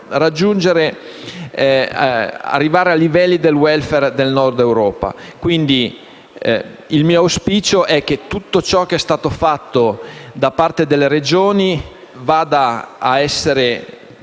ai livelli del *welfare* del Nord Europa. Quindi il mio auspicio è che tutto ciò che è stato fatto da parte delle Regioni vada ad essere